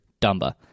Dumba